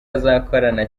azakorana